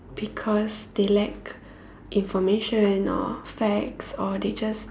because they lack information or facts or they just